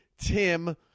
tim